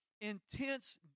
intense